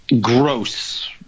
gross